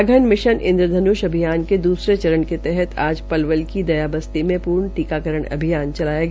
सघन मिशन इंद्रधन्ष अभियान के द्रसरे चरण के तहत आज पलवल की दया बस्ती में पूर्ण टीकाकरण अभियान चलाया गया